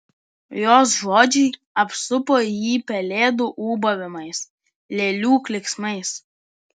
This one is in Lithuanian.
jos žodžiai apsupo jį pelėdų ūbavimais lėlių klyksmais